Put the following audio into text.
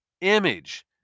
image